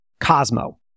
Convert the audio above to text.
Cosmo